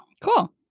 Cool